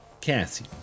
Cassie